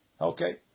Okay